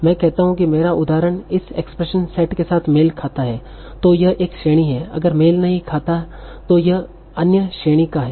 मैं कहता हूं कि मेरा उदाहरण इस एक्सप्रेशन सेट के साथ मेल खाता है तो यह एक श्रेणी है अगर मेल नहीं खाता तो यह अन्य श्रेणी का है